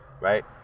right